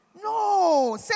No